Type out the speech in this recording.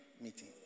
meeting